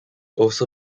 also